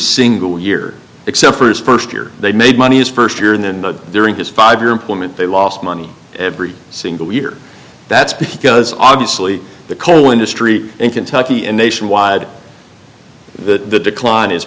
single year except for his first year they made money his first year and then during his five year employment they lost money every single year that's because obviously the coal industry in kentucky and nationwide the decline is